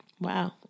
wow